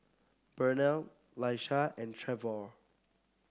Burnell Laisha and Trevor